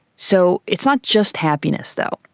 so it's not just happiness though.